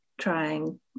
trying